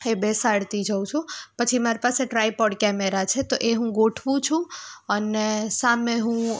એ બેસાડતી જાઉં છું પછી મારી પાસે ટ્રાયપોડ કેમેરા છે તો એ હું ગોઠવું છું અને સામે હું